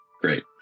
Great